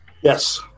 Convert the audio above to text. Yes